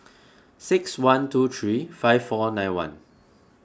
six one two three five four nine one